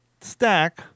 stack